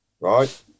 right